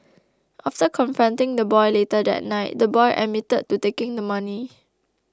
after confronting the boy later that night the boy admitted to taking the money